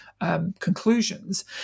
conclusions